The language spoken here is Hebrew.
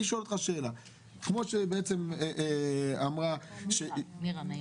אני שואל שאלה: כמו שאמרה נירה,